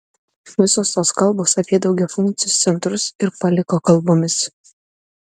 visos tos kalbos apie daugiafunkcius centrus ir paliko kalbomis